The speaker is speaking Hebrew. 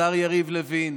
השר יריב לוין,